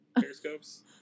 Periscopes